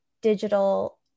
digital